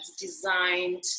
designed